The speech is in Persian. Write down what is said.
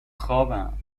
خوابم